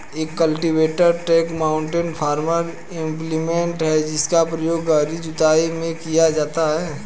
एक cultivator tractor mounted farm implement है जिसका उपयोग गहरी जुताई में किया जाता है